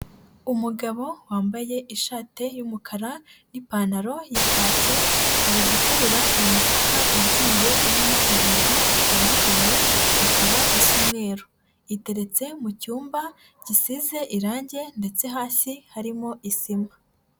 Umugabo wambaye ishati y'umukara n'ipantaro y'ikake ari guterura imifuka igiye irimo ibintu bitandukanye, ikaba isa umweru. Iteretse mu cyumba gisize irangi ndetse hasi harimo isima.